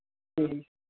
जी